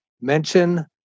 mention